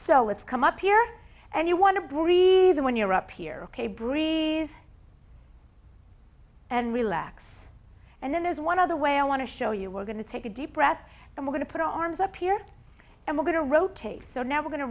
so let's come up here and you want to breathe when you're up here ok breathe and relax and then there's one other way i want to show you we're going to take a deep breath and we're going to put our arms up here and we're going to rotate so now we're going to